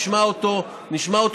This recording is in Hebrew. נשמע אותו בוועדה,